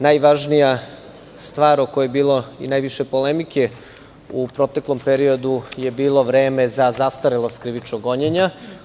Najvažnija stvar, o kojoj je bilo najviše polemike u proteklom periodu, je bio period za zastarelost krivičnog gonjenja.